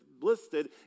listed